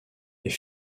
est